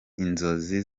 inzozi